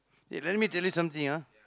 wait let me tell you something ah